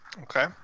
okay